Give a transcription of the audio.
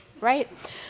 right